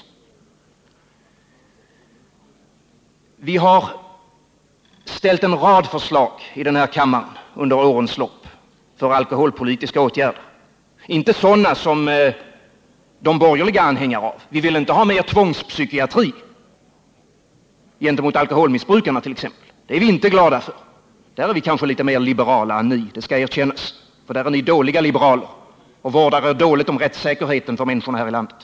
Vi har under årens lopp här i kammaren framlagt en rad förslag om alkoholpolitiska åtgärder. Inte sådana som de borgerliga är anhängare av — vi vill t.ex. inte ha mera tvångspsykiatri gentemot alkoholmissbrukarna. Sådana åtgärder är vi inte glada för. På den punkten är vi kanske litet mera liberala än ni —det skall erkännas. Där är ni dåliga liberaler och vårdar er dåligt om rättssäkerheten för människorna här i landet.